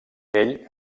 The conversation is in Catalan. ell